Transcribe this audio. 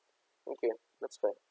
okay that's fair